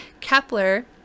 Kepler